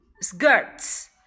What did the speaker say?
Skirts